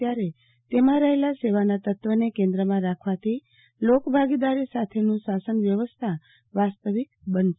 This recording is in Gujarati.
ત્યારે તેમા રહેલા સેવાના તત્વને કેન્દ્રમાં રાખવાથી લોકભાગીદારી સાથેનું શાસન વ્યવસ્થા વાસ્તવિક બનશે